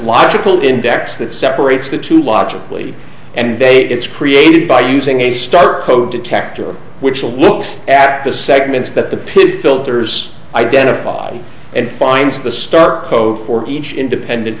logical index that separates the two logically and date it's created by using a star code detector which looks at the segments that the pid filters identified and finds the star code for each independent